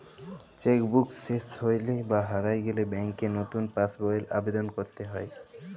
cheque book শেস হৈলে বা হারায় গেলে ব্যাংকে লতুন পাস বইয়ের আবেদল কইরতে হ্যয়